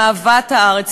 עם אהבת הארץ,